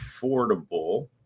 affordable